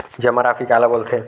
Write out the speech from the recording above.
जमा राशि काला बोलथे?